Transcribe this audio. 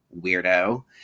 weirdo